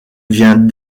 vient